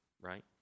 right